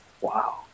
wow